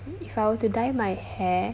if I were to dye my hair